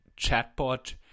chatbot